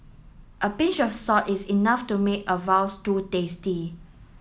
a pinch of salt is enough to make a stew tasty